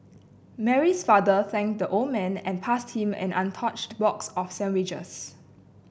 Mary's father thanked the old man and passed him an untouched box of sandwiches